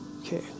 Okay